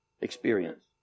Experience